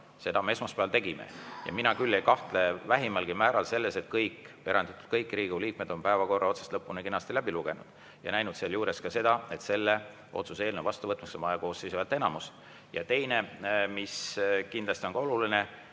Seda me esmaspäeval tegime. Mina küll ei kahtle vähimalgi määral selles, et kõik, eranditult kõik Riigikogu liikmed on päevakorra otsast lõpuni kenasti läbi lugenud ja näinud seal ka seda, et selle otsuse eelnõu vastuvõtmiseks on vaja koosseisu häälteenamust. Ja teine asi, mis kindlasti on ka oluline: